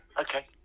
Okay